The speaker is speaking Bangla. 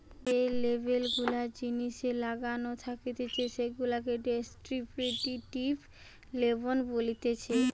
যে লেবেল গুলা জিনিসে লাগানো থাকতিছে সেগুলাকে ডেস্ক্রিপটিভ লেবেল বলতিছে